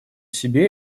себе